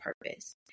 purpose